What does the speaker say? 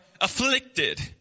afflicted